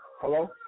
Hello